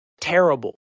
terrible